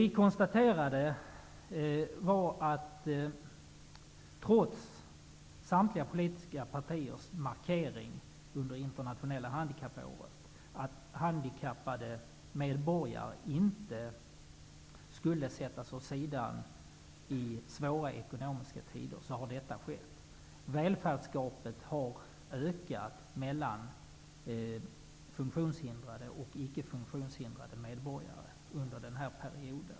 Vi konstaterade att, trots samtliga politiska partiers markering under Internationella handikappåret att handikappade medborgare inte skulle sättas åt sidan i svåra ekonomiska tider, har detta ändå skett. Välfärdsgapet mellan funktionshindrade och icke funktionshindrade medborgare har ökat under denna period.